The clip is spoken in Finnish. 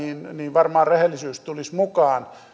varmaan rehellisyys tulisi mukaan